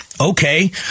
Okay